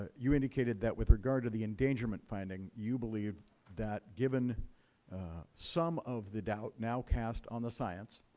ah you indicated that with regard to the endangerment finding you believe that, given some of the doubt now cast on the science